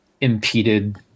impeded